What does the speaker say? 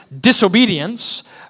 disobedience